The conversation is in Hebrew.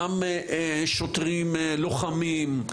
גם שוטרים לוחמים.